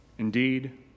Indeed